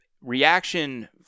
reaction